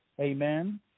Amen